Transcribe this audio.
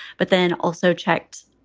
but then also checked.